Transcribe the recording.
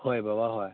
ꯍꯣꯏ ꯕꯕꯥ ꯍꯣꯏ